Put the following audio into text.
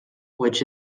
which